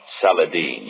Saladin